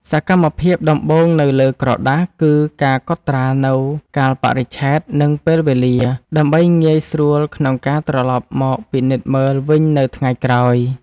សកម្មភាពដំបូងនៅលើក្រដាស គឺការកត់ត្រានូវកាលបរិច្ឆេទ និងពេលវេលា ដើម្បីងាយស្រួលក្នុងការត្រឡប់មកពិនិត្យមើលវិញនៅថ្ងៃក្រោយ។